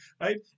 right